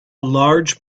large